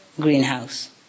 greenhouse